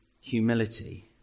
humility